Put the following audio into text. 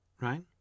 right